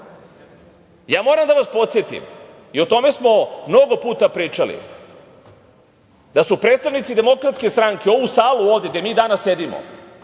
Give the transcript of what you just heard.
moram da vas podsetim i o tome smo mnogo puta pričali, da su predstavnici DS ovu salu ovde gde mi danas sedimo